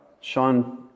Sean